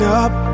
up